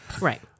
Right